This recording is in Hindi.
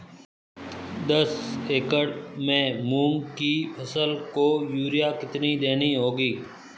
दस एकड़ में मूंग की फसल को यूरिया कितनी देनी होगी?